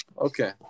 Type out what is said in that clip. Okay